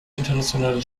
internationale